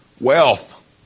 Wealth